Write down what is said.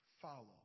Follow